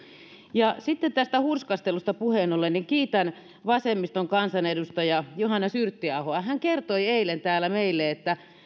ja sitten tästä hurskastelusta puheen ollen niin kiitän vasemmiston kansanedustaja johannes yrttiahoa hän kertoi eilen täällä meille että